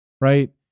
right